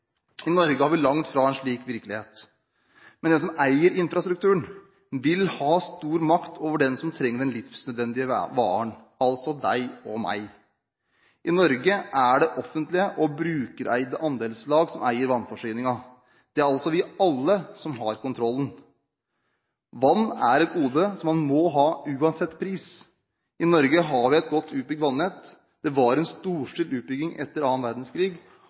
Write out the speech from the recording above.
I Norge har vi langt fra en slik virkelighet, men den som eier infrastrukturen, vil ha stor makt over dem som trenger den livsnødvendige varen – altså deg og meg. I Norge er det offentlige og brukereide andelslag som eier vannforsyningen. Det er altså vi alle som har kontrollen. Vann er et gode som man må ha uansett pris. I Norge har vi et godt utbygd vannett. Det var en storstilt utbygging etter annen verdenskrig.